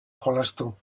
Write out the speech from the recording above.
jolastu